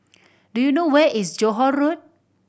do you know where is Johore Road